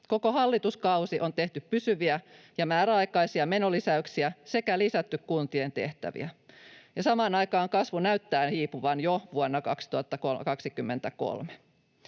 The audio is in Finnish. Koko hallituskausi on tehty pysyviä ja määräaikaisia menolisäyksiä sekä lisätty kuntien tehtäviä. Samaan aikaan kasvu näyttää hiipuvan jo vuonna 2023.